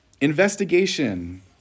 Investigation